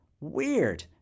weird